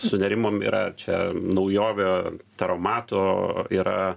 sunerimom yra čia naujovė taromatų yra